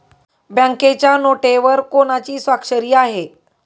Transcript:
बँकेच्या नोटेवर कोणाची स्वाक्षरी आहे?